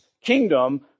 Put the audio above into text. kingdom